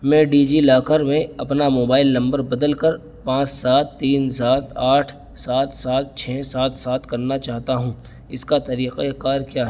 میں DigiLocker میں اپنا موبائل نمبر بدل کر پانچ سات تین سات آٹھ سات سات چھ سات سات کرنا چاہتا ہوں اس کا طریقۂ کار کیا